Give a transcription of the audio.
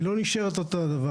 היא לא נשארת אותו דבר.